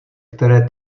které